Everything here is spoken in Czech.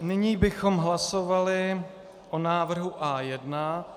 Nyní bychom hlasovali o návrhu A1.